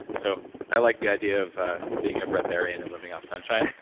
so i like the idea of ah being a breatharian and living off sunshine.